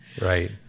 right